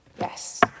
Yes